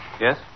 Yes